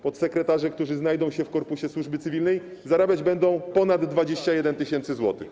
Podsekretarze, którzy znajdą się w korpusie służby cywilnej, będą zarabiać ponad 21 tys. zł.